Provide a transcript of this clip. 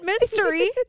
mystery